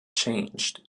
changed